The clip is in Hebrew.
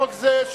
חוק זה,